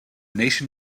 nation